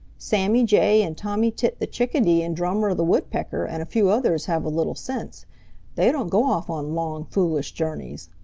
sammy jay and tommy tit the chickadee and drummer the woodpecker and a few others have a little sense they don't go off on long, foolish journeys.